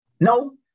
No